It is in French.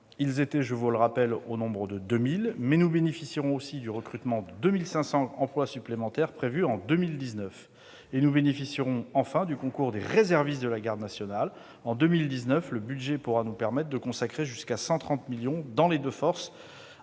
ils étaient, je vous le rappelle, au nombre de 2 000. Mais nous bénéficierons aussi du recrutement des 2 500 emplois supplémentaires prévus en 2019 et du concours des réservistes de la garde nationale. En 2019, le budget pourra nous permettre de consacrer jusqu'à 130 millions d'euros dans les deux forces